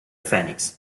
phoenix